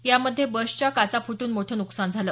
यामध्ये बसच्या काचा फुटून मोठं नुकसान झालं